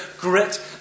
grit